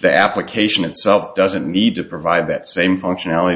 the application itself doesn't need to provide that same functionality